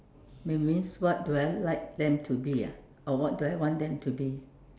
that means what do I like them to be ah or what do I want them to be